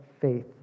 faith